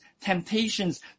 temptations